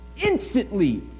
instantly